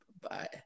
Bye